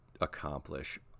accomplish